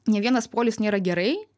nė vienas polis nėra gerai